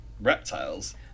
reptiles